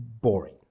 boring